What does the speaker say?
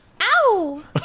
Ow